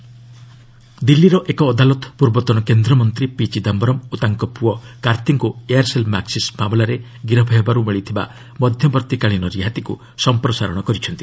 court Chidambaram ଦିଲ୍ଲୀର ଏକ ଅଦାଲତ ପୂର୍ବତନ କେନ୍ଦ୍ରମନ୍ତ୍ରୀ ପିଚିଦାୟରମ୍ ଓ ତାଙ୍କର ପୁଅ କାର୍ତ୍ତିଙ୍କୁ ଏୟାର୍ସେଲ୍ ମାକ୍ସିସ୍ ମାମଲାରେ ଗିରଫ ହେବାରୁ ମିଳିଥିବା ମଧ୍ୟବର୍ତ୍ତୀକାଳୀନ ରିହାତିକୁ ସଂପ୍ରସାରଣ କରିଛନ୍ତି